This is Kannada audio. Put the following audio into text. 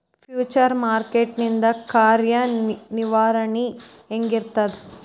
ಫ್ಯುಚರ್ ಮಾರ್ಕೆಟ್ ಇಂದ್ ಕಾರ್ಯನಿರ್ವಹಣಿ ಹೆಂಗಿರ್ತದ?